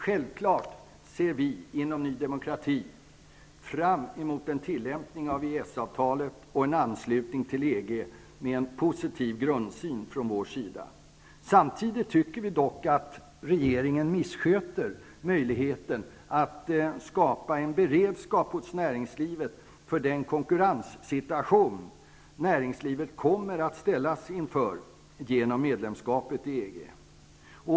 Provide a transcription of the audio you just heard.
Självklart ser vi inom Ny demokrati fram mot en tillämpning av EES-avtalet och en anslutning till EG med en positiv grundsyn. Samtidigt tycker vi dock att regeringen missköter möjligheten att skapa en beredskap hos näringslivet för den konkurrenssituation som näringslivet kommer att ställas inför genom medlemskapet i EG.